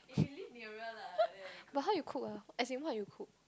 but how you cook ah as in what you cook